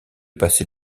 passer